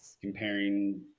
comparing